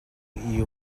you